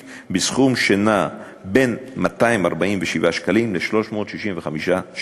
בסכום שנע בין 247 שקלים ל-365 שקלים,